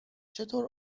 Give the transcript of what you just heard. چطور